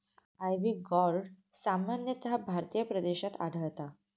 ivy gourd सामान्यतः भारतीय प्रदेशात आढळता